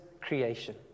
creation